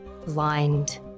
Blind